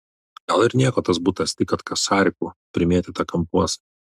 gal ir nieko tas butas tik kad kasarikų primėtyta kampuos